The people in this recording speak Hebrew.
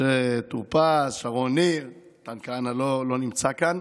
משה טור פז, שרון ניר, מתן כהנא לא נמצא כאן,